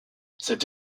cette